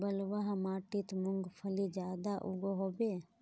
बलवाह माटित मूंगफली ज्यादा उगो होबे?